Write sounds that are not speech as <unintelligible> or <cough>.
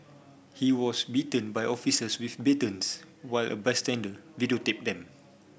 he was beaten by officers with <unintelligible> while a bystander videotaped them